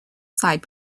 side